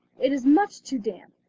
it is much too damp.